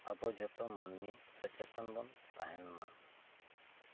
ᱟᱵᱚ ᱡᱷᱚᱛᱚ ᱢᱟᱹᱱᱢᱤ ᱥᱚᱪᱮᱛᱚᱱ ᱵᱚᱱ ᱛᱟᱦᱮᱱ ᱢᱟ